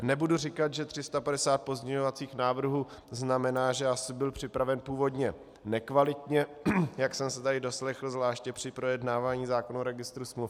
Nebudu říkat, že 350 pozměňovacích návrhů znamená, že asi byl připraven původně nekvalitně, jak jsem se tady doslechl zvláště při projednávání zákona o registru smluv.